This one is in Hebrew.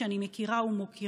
שאני מכירה ומוקירה,